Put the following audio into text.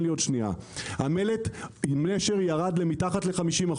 המלט עם נשר ירד למתחת ל-50%.